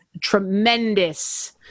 tremendous